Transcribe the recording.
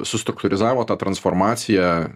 sustruktūrizavo tą transformaciją